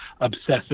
obsessive